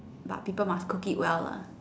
but people must cook it well lah